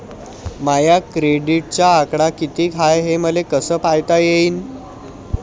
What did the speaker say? माया क्रेडिटचा आकडा कितीक हाय हे मले कस पायता येईन?